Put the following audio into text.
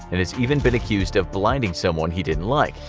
and has even been accused of blinding someone he didn't like.